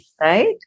Right